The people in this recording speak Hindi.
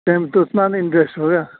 टाइम तो उतना ना इन्वेस्ट होगा